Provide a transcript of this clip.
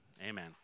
amen